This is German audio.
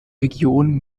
region